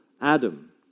Adam